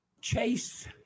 chase